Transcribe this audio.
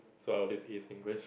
so our least is English